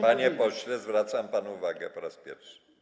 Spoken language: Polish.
Panie pośle, zwracam panu uwagę po raz pierwszy.